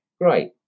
great